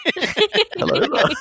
Hello